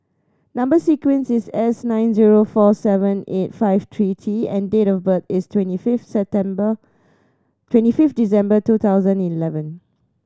number sequence is S nine zero four seven eight five three T and date of birth is twenty fifth September twenty fifth December two thousand eleven